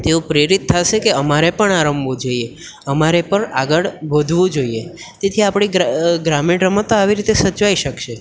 તેઓ પ્રેરિત થશે કે અમારે પણ આ રમવું જોઈએ અમારે પણ આગળ વધવું જોઈએ તેથી આપણી ગ્રા ગ્રામીણ રમત આ રીતે સચવાઈ શકશે